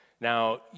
Now